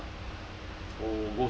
not